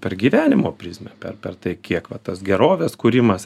per gyvenimo prizmę per per tai kiek va tas gerovės kūrimas